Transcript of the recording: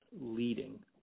leading